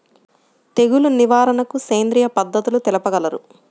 తెగులు నివారణకు సేంద్రియ పద్ధతులు తెలుపగలరు?